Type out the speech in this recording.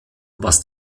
was